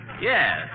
Yes